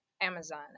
Amazon